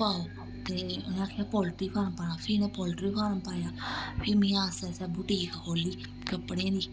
पाओ ते उ'नें आखेआ पोल्ट्री फार्म पाना फ्ही उ'नें पोल्ट्री फार्म पाया फ्ही में आस्ता आस्ता बुटीक खोल्ली कपड़े दी